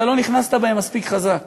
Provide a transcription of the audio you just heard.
אתה לא נכנסת בהם מספיק חזק.